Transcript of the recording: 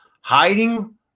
hiding